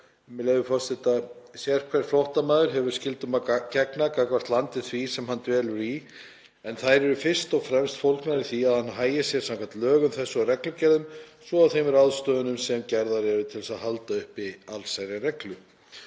með leyfi forseta: „Sérhver flóttamaður hefur skyldum að gegna gagnvart landi því, sem hann dvelur í, en þær eru fyrst og fremst fólgnar í því, að hann hagi sér samkvæmt lögum þess og reglugerðum, svo og þeim ráðstöfunum, sem gerðar eru til þess að halda uppi allsherjarreglu.“